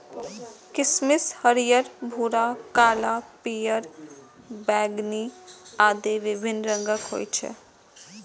किशमिश हरियर, भूरा, काला, पीयर, बैंगनी आदि विभिन्न रंगक होइ छै